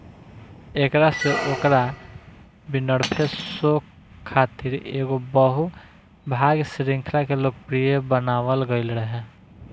एकरा से Oprah Winfrey show खातिर एगो बहु भाग श्रृंखला के लोकप्रिय बनावल गईल रहे